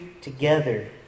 together